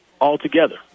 altogether